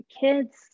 kids